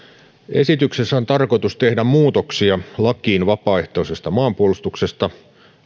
esityksessä on tarkoitus tehdä muutoksia lakiin vapaaehtoisesta maanpuolustuksesta